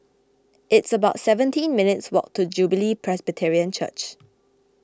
it's about seventeen minutes' walk to Jubilee Presbyterian Church